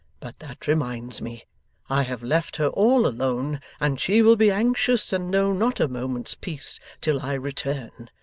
but that reminds me i have left her all alone, and she will be anxious and know not a moment's peace till i return.